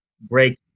break